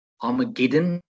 Armageddon